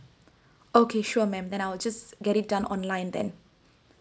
okay sure ma'am then I'll just get it done online then